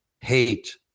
hate